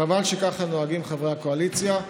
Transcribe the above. חבל שככה נוהגים חברי הקואליציה.